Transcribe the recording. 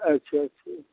अच्छा अच्छा